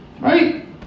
right